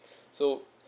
so